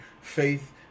faith